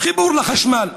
חיבור לחשמל,